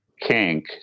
kink